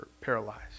paralyzed